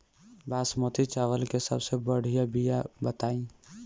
बासमती चावल के सबसे बढ़िया बिया बताई?